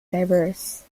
diverse